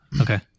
Okay